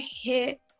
hit